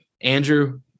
Andrew